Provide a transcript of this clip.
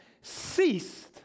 ceased